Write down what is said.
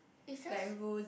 is just